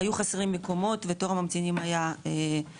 היו חסרים מקומות ותור הממתינים היה ארוך.